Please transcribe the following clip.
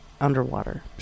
underwater